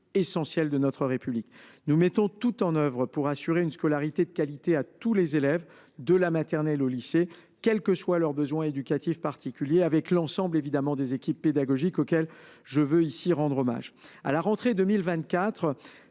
essentiel de notre République. Nous mettons tout en œuvre pour assurer une scolarité de qualité à tous les élèves de la maternelle au lycée, quels que soient leurs besoins éducatifs particuliers, et avec l’ensemble des équipes pédagogiques, auxquelles je veux ici rendre hommage. À la rentrée 2024,